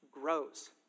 grows